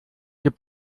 gib